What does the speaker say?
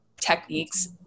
techniques